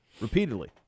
repeatedly